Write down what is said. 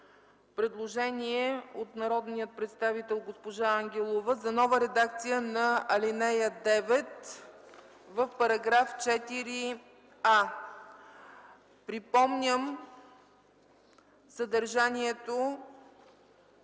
предложение от народния представител госпожа Ангелова за нова редакция на ал. 9 в § 4а. Припомням съдържанието